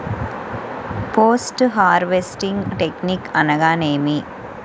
Post harvesting technique అనగా నేమి?